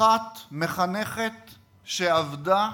אחת מחנכת שעבדה,